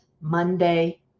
Monday